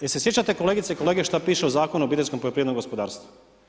Jel' se sjećate kolegice i kolege što piše u Zakonu o obiteljskom poljoprivrednom gospodarstvu?